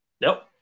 Nope